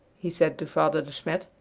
he said to father de smet.